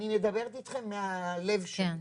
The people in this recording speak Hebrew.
אני מדברת איתכם מהלב שלי,